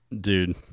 Dude